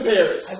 Paris